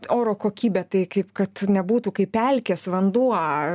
oro kokybė tai kaip kad nebūtų kaip pelkės vanduo